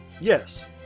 Yes